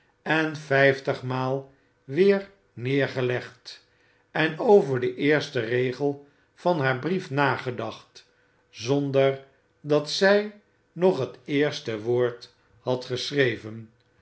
en vijftigmaal weer neergelegd en over den eersten regel van haar brief nagedacht zonder dat zij nog het eerste woord had geschreven